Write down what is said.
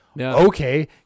Okay